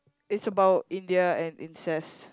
it's about India and incest